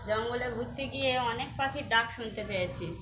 জঙ্গলে ঘুরতে গিয়ে অনেক পাখির ডাক শুনতে পেয়েছি